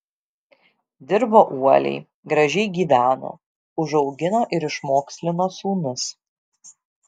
dirbo uoliai gražiai gyveno užaugino ir išmokslino sūnus